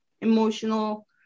emotional